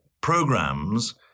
programs